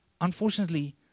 Unfortunately